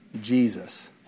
Jesus